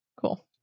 cool